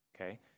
okay